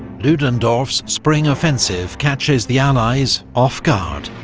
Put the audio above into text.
ludendorff's spring offensive catches the allies off-guard.